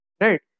right